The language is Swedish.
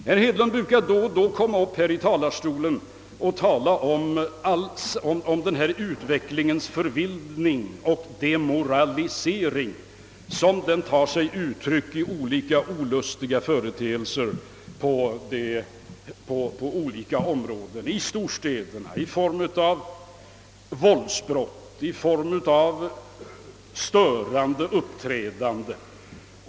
Herr Hedlund brukar då och då här i talarstolen tala om den förvildning och demoralisering som är en följd av samhällsutvecklingen och som tar sig uttryck i olika olustiga företeelser i storstäderna, såsom våldsbrott och störande uppträdande.